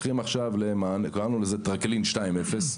קראנו לזה "טרקלין 2.0",